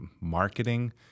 marketing